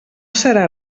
serà